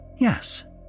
Yes